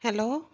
hello